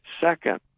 Second